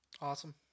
Awesome